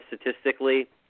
statistically